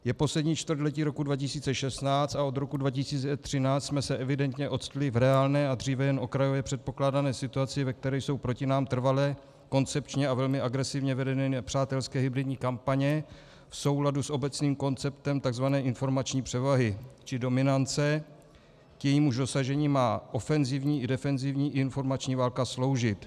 Je poslední čtvrtletí roku 2016, a od roku 2013 jsme se evidentně octli v reálné a dříve jen okrajově předpokládané situaci, ve které jsou proti nám trvale, koncepčně a velmi agresivně vedeny nepřátelské hybridní kampaně v souladu s obecným konceptem takzvané informační převahy, či dominance, k jejímuž dosažení má ofenzivní i defenzivní informační válka sloužit.